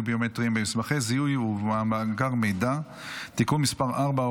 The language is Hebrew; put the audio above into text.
ביומטריים במסמכי זיהוי ובמאגר מידע (תיקון מס' 4,